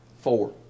Four